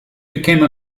became